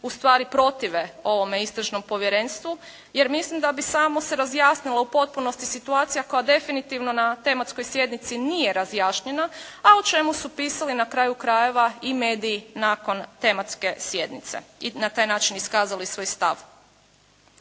ustvari protive ovome istražnom povjerenstvu, jer mislim da bi samo se razjasnila u potpunosti situacija koja definitivno na tematskoj sjednici nije razjašnjena, a o čemu su pisali na kraju krajeva i mediji nakon tematske sjednice i na taj način iskazali svoj stav.